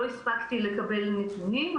לא הספקתי לקבל נתונים,